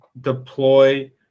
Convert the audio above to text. deploy